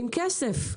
עם כסף,